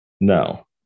No